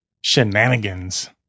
shenanigans